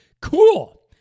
cool